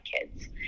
kids